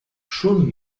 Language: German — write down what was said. schon